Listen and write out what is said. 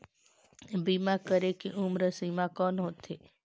बीमा करे के उम्र सीमा कौन होथे?